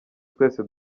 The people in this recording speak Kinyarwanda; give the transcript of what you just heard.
twese